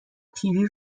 پیری